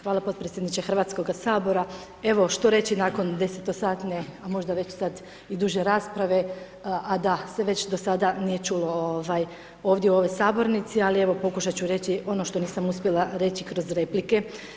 Hvala podpredsjedniče Hrvatskoga sabora, evo što reći nakon 10-to satne, a možda već i sad duže rasprave a da se već do sada nije čulo ovdje u ovoj sabornici, ali evo pokušati ću reći ono što nisam uspjela reći kroz replike.